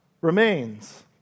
remains